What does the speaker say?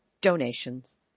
donations